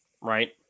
right